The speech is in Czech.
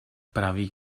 praví